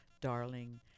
darling